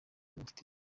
bamufitiye